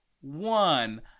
one